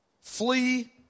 Flee